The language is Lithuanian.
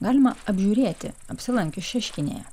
galima apžiūrėti apsilankius šeškinėje